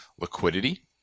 liquidity